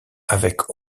avec